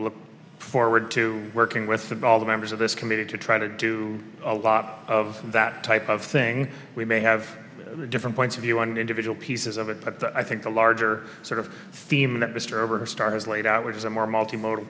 look forward to working with and all the members of this committee to try to do a lot of that type of thing we may have different points of view on individual pieces of it but i think the larger sort of theme that mr over stars laid out which is a more multi mo